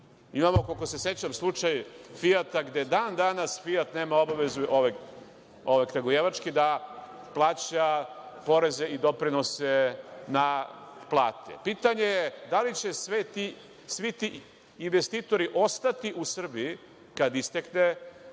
Imamo, koliko se sećam, slučaj „Fijata“ gde dan danas „Fijat“ nema obavezu da plaća poreze i doprinose na plate. Pitanje je da li će svi ti investitori ostati u Srbiji kada istekne